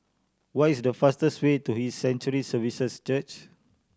what is the fastest way to His Sanctuary Services Church